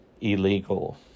illegal